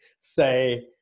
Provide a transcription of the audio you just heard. say